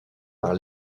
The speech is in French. par